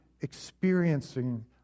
experiencing